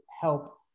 help